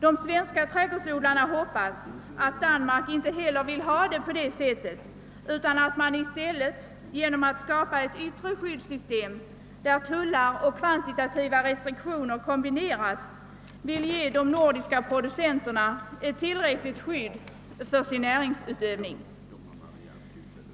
De svenska trädgårdsodlarna hoppas att Danmark inte heller vill ha det på det sättet utan att man i stället genom att skapa ett yttre skyddssystem, där tullar och kvantitativa restriktioner kombineras, vill ge de nordiska producenterna ett tillräckligt skydd för deras näringsutövning.